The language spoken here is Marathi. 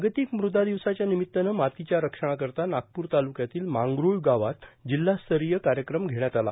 जागतिक मृदा दिवसाच्या निमित्तानं मातीच्या रक्षणाकरीता नागपूर तालुक्यातील मागरूळ गावात जिल्हा स्तरिय कार्यक्रम घेण्यात आला